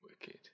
Wicked